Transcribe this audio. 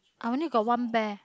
I only got one bear